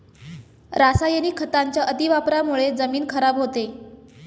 रासायनिक खतांच्या अतिवापरामुळे जमीन खराब होते